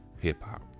Hip-Hop